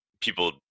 people